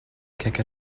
kick